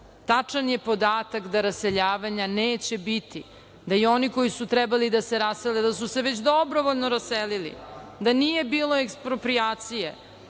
ljudi. Tačan je podatak da raseljavanja neće biti, da oni koji su trebali da se rasele, da su se već dobrovoljno raselili, da nije bilo eksproprijacije,